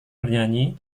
bernyanyi